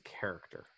character